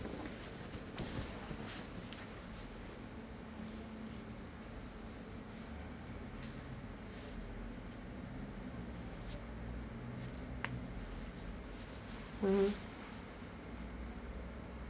mmhmm